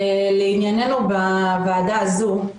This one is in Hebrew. לענייננו בוועדה הזאת,